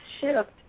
shift